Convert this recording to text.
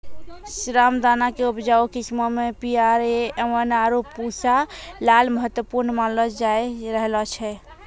रामदाना के उपजाऊ किस्मो मे पी.आर.ए वन, आरु पूसा लाल महत्वपूर्ण मानलो जाय रहलो छै